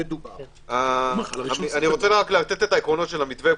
אני רוצה לתת את העקרונות של המתווה.